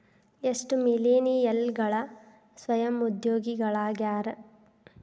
ಎಷ್ಟ ಮಿಲೇನಿಯಲ್ಗಳ ಸ್ವಯಂ ಉದ್ಯೋಗಿಗಳಾಗ್ಯಾರ